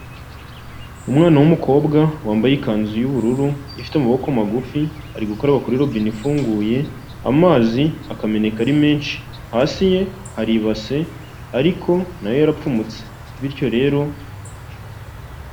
Umwana w'umukobwa wambaye ikanzu y'ubururu ifite amaboko magufi, ari gukaraba kuri robine ifunguye, amazi akameneka ari menshi. Hasi ye hari ibase ariko na yo yarapfumutse. Bityo rero.